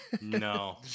No